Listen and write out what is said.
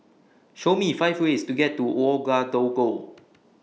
Show Me five ways to get to Ouagadougou